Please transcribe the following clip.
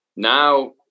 Now